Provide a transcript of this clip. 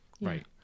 right